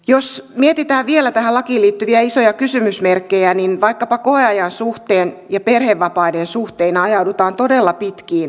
jos mietitään vielä tähän lakiin liittyviä isoja kysymysmerkkejä niin vaikkapa koeajan suhteen ja perhevapaiden suhteen ajaudutaan todella pitkiin koeaikoihin